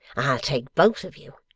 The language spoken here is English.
i'll take both of you,